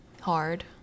hard